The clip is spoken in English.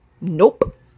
Nope